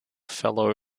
fellow